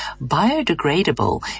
Biodegradable